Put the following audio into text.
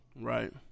Right